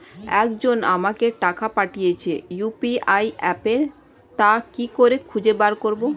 একজন আমাকে টাকা পাঠিয়েছে ইউ.পি.আই অ্যাপে তা কি করে খুঁজে বার করব?